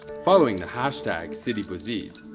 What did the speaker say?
following the hash tag sidibouzid,